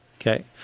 Okay